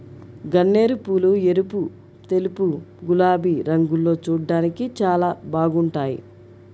గన్నేరుపూలు ఎరుపు, తెలుపు, గులాబీ రంగుల్లో చూడ్డానికి చాలా బాగుంటాయ్